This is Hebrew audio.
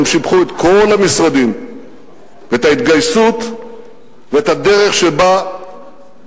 הם שיבחו את כל המשרדים ואת ההתגייסות ואת הדרך שבה קיצרתם,